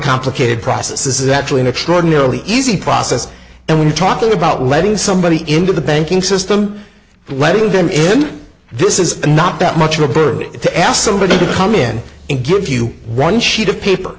complicated process this is actually an extraordinarily easy process and when talking about letting somebody into the banking system letting them in this is not that much of a burden to ask somebody to come in and give you one sheet of paper